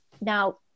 Now